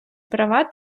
права